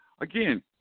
again